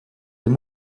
they